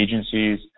agencies